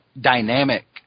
dynamic